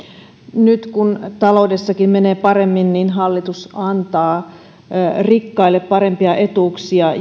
nyt kun taloudessakin menee paremmin niin hallitus antaa rikkaille parempia etuuksia